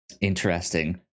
Interesting